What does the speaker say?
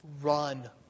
Run